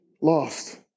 lost